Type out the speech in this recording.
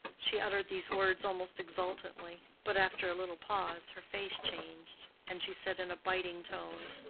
she uttered these words almost exultantly but after a little pause her face changed, and she said in a biting tone,